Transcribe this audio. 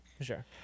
Sure